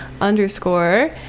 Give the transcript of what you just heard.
underscore